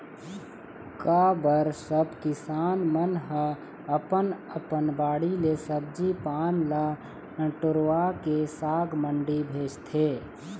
का बर सब किसान मन ह अपन अपन बाड़ी ले सब्जी पान ल टोरवाके साग मंडी भेजथे